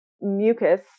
mucus